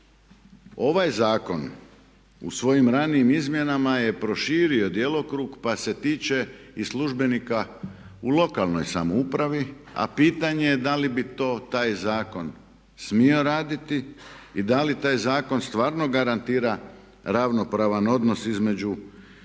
ovaj zakon u svojim ranijim izmjenama je proširio djelokrug pa se tiče i službenika u lokalnoj samoupravi a pitanje je da li bi to taj zakon smio raditi i da li taj zakon stvarno garantira ravnopravan odnos između